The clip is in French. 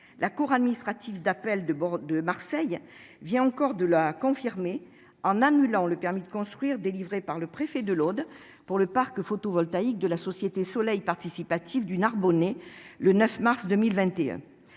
La cour administrative d'appel de Marseille vient encore de la confirmer en annulant le permis de construire délivré par le préfet de l'Aude pour le parc photovoltaïque de la société Soleil participatif du Narbonnais, le 9 mars 2021.